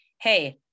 hey